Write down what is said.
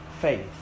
faith